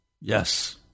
Yes